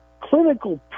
clinical